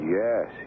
yes